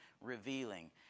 revealing